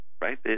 right